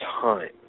time